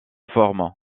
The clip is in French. formes